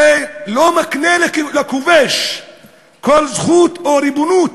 זה לא מקנה לכובש כל זכות או ריבונות.